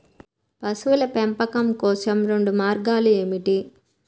పశువుల పెంపకం కోసం రెండు మార్గాలు ఏమిటీ?